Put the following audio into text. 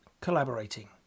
collaborating